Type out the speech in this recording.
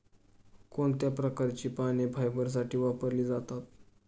कोणत्या प्रकारची पाने फायबरसाठी वापरली जातात?